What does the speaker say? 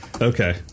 Okay